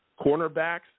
Cornerbacks